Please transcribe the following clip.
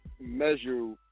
measure